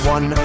One